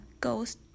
goes